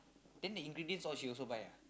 then the ingredients all she also buy ah